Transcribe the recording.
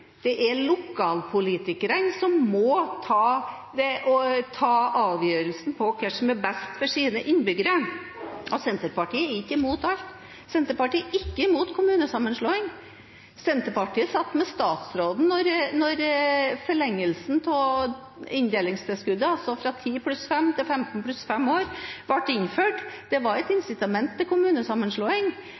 det er lokalpolitikerne som må ta avgjørelsen om hva som er best for deres innbyggere. Senterpartiet er ikke imot alt. Senterpartiet er ikke imot kommunesammenslåing. Senterpartiet satt med statsråden da forlengelsen av inndelingstilskuddet, altså fra 10+5 til 15+5 år, ble innført. Det var et incitament til kommunesammenslåing.